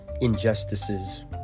injustices